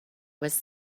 was